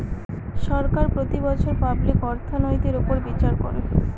সরকার প্রতি বছর পাবলিক অর্থনৈতির উপর বিচার করে